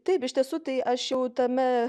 taip iš tiesų tai aš jau tame